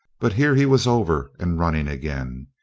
but here he was over and running again.